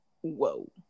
Whoa